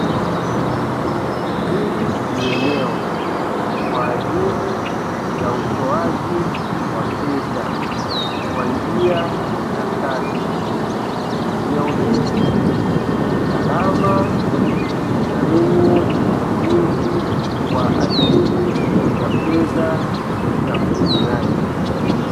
Hili ni eneo kwa ajili ya utoaji wa fedha kwa njia ya kadi. Eneo hili ni salama na lenye ulinzi, kwa ajili ya fedha za mtumiaji.